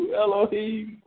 Elohim